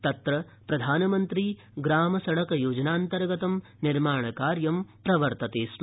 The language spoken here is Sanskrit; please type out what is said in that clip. तत्र प्रधानमंत्री ग्रामसडकयोजनान्तर्गतं निर्माणकार्यं प्रवर्तते स्म